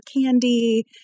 candy